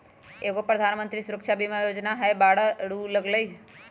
एगो प्रधानमंत्री सुरक्षा बीमा योजना है बारह रु लगहई?